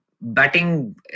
batting